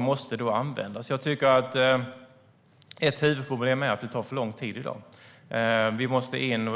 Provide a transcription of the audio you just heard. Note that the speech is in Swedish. måste varje dag användas. Ett huvudproblem är att det tar för lång tid i dag. Vi måste in.